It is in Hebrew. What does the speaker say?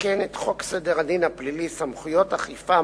לתקן את חוק סדר הדין הפלילי (סמכויות אכיפה,